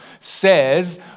says